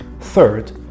Third